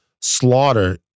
slaughter